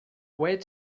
wait